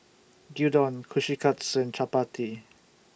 Gyudon Kushikatsu Chapati